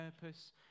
purpose